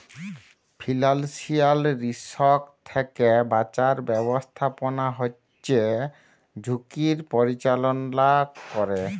financial risk থ্যাকে বাঁচার ব্যাবস্থাপনা হচ্যে ঝুঁকির পরিচাললা ক্যরে